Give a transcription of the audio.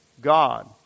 God